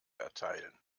erteilen